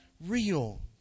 Real